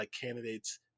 candidates